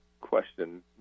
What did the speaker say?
question